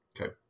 Okay